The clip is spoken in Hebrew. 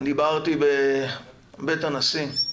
דיברתי בבית הנשיא,